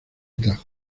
tajo